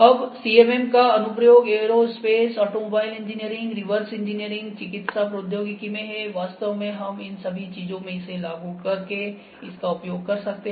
अब CMM का अनुप्रयोग aerospace automobile engineering reverse engineering चिकित्सा प्रौद्योगिकी में है वास्तव में हम इन सभी चीजों में इसे लागू करके इसका उपयोग कर सकते हैं